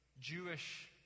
Jewish